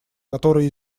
которые